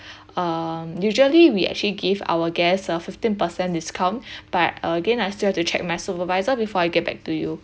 um usually we actually give our guests a fifteen percent discount but again I still have to check my supervisor before I get back to you